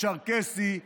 צ'רקסי,